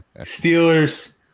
Steelers